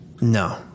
No